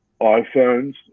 iPhones